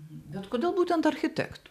bet kodėl būtent architektų